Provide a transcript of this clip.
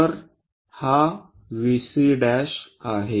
तर हा VC' आहे